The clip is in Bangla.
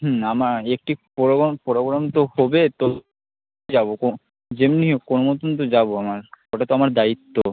হুম আমার একটি প্রোগ্রাম তো হবে তো যাব কো যেমনি কোনো মতন তো যাব আমার ওটা তো আমার দায়িত্ব